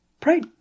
pray